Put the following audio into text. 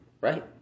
right